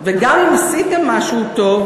וגם אם עשיתם משהו טוב,